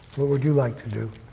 what would you like to do?